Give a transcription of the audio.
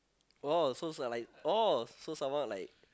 oh so is a like ah so some more like